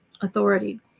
authority